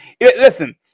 Listen